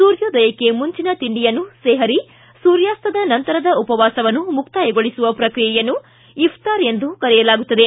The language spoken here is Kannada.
ಸೂರ್ಯೋದಯಕ್ಕೆ ಮುಂಚಿನ ತಿಂಡಿಯನ್ನು ಸೇಹರಿ ಸೂರ್ಯಾಸ್ತದ ನಂತರದ ಉಪವಾಸವನ್ನು ಮುಕ್ತಾಯಗೊಳಿಸುವ ಪ್ರಕ್ರಿಯೆಯನ್ನು ಇಫ್ತಾರ್ ಎಂದು ಕರೆಯಲಾಗುತ್ತದೆ